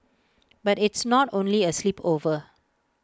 but it's not only A sleepover